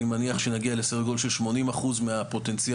אני מניח שנגיע לסדר גודל של 80 אחוז מהפוטנציאל,